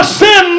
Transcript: sin